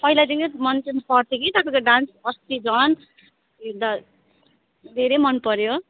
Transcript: पहिलादेखिको मन पनि पर्थ्यो कि तपाईँको डान्स अस्ति झन् हेर्दा धरै मन पऱ्यो